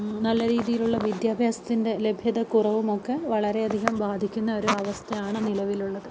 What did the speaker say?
നല്ല രീതിയിലുള്ള വിദ്യാഭ്യാസത്തിൻ്റെ ലഭ്യതക്കുറവുമൊക്കെ വളരെയധികം ബാധിക്കുന്ന ഒരു അവസ്ഥയാണ് നിലവിലുള്ളത്